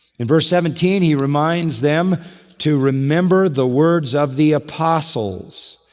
in verse seventeen he reminds them to remember the words of the apostles.